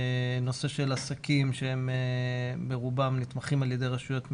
נושא של עסקים שהם ברובם נתמכים על ידי רשויות מקומיות.